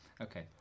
Okay